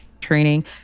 training